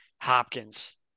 Hopkins